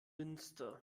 münster